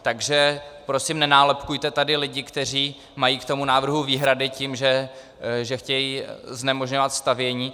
Takže prosím nenálepkujte tady lidi, kteří mají k tomu návrhu výhrady, tím, že chtějí znemožňovat stavění.